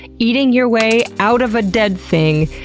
eating your way out of a dead thing,